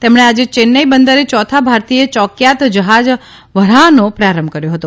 તેમણે આજે ચેન્નાઇ બંદરે યોથા ભારતીય યોકીયાત જહાજ વરાહાનો પ્રારંભ કર્યો હતો